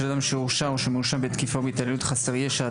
אדם שהורשע או שמואשם בתקיפה או בהתעללות בחסר ישע,